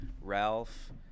Ralph